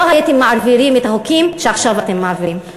לא הייתם מעבירים את החוקים שעכשיו אתם מעבירים.